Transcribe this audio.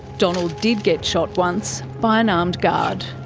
donald did get shot once, by an armed guard.